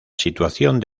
situación